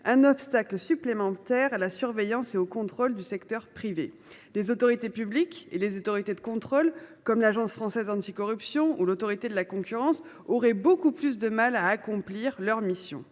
un obstacle supplémentaire à la surveillance et au contrôle du secteur privé. Les autorités publiques et les autorités de contrôle, comme l’Agence française anticorruption ou l’Autorité de la concurrence (ADLC), auraient dès lors beaucoup plus de mal à accomplir leurs missions.